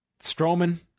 Strowman